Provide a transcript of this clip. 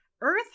Earth